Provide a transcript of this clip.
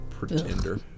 Pretender